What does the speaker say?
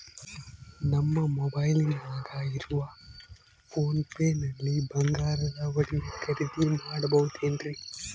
ನಮ್ಮ ಮೊಬೈಲಿನಾಗ ಇರುವ ಪೋನ್ ಪೇ ನಲ್ಲಿ ಬಂಗಾರದ ಒಡವೆ ಖರೇದಿ ಮಾಡಬಹುದೇನ್ರಿ?